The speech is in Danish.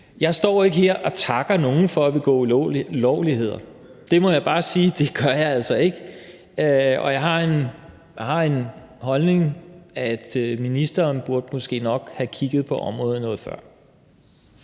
Jeg står ikke her og takker nogen for at have begået ulovligheder. Det må jeg bare sige at jeg altså ikke gør. Og jeg har den holdning, at ministeren måske nok burde have kigget på området noget før.